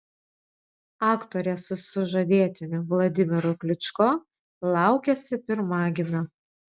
aktorė su sužadėtiniu vladimiru kličko laukiasi pirmagimio